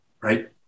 right